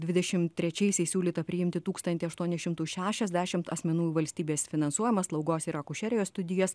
dvidešim trečiaisiais siūlyta priimti tūkstantį aštuonis šimtus šešiasdešim asmenų į valstybės finansuojamas slaugos ir akušerijos studijas